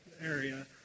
area